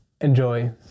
Enjoy